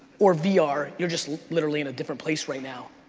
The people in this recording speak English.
or vr, you're you're just literally in a different place right now.